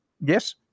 Yes